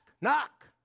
knock